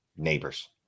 neighbors